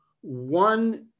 one